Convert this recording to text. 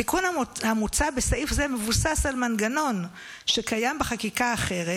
התיקון המוצע בסעיף זה מבוסס על מנגנון שקיים בחקיקה אחרת,